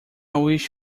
wish